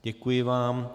Děkuji vám.